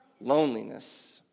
Loneliness